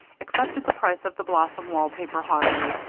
accepted the price of the blossom wall paper haughtily,